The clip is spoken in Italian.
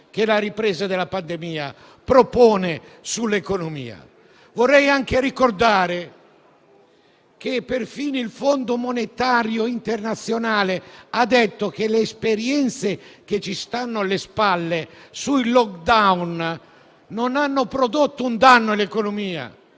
che la ripresa della pandemia propone sull'economia. Vorrei anche ricordare che perfino il Fondo monetario internazionale ha detto che le esperienze che ci stanno alle spalle sui *lockdown* non hanno prodotto un danno all'economia,